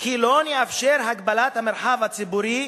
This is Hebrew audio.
כי לא נאפשר הגבלת המרחב הציבורי,